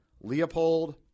Leopold